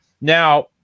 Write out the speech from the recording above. Now